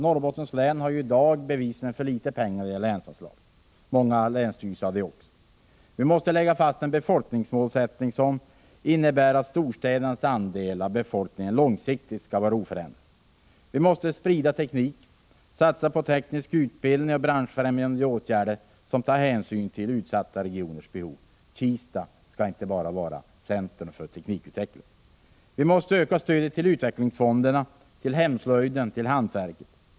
Norrbottens län har i dag bevisligen för litet pengar när det gäller länsanslaget. Många andra länsstyrelser har det också. Vi måste lägga fast en befolkningsmålsättning som innebär att storstädernas andel av befolkningen långsiktigt skall vara oförändrad. Vi måste sprida teknik, satsa på teknisk utbildning och branschfrämjande åtgärder som tar hänsyn till de mest utsatta regionernas behov. Inte bara Kista skall vara centrum för teknikutveckling. Vi måste öka stödet till utvecklingsfonderna, hemslöjden och hantverket.